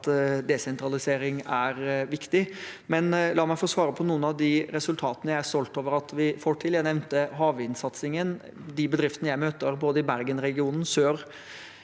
at desentralisering er viktig. La meg få svare på noen av de resultatene jeg er stolt over at vi får til. Jeg nevnte havvindsatsingen. Bedriftene jeg møter, både i bergensregionen og sør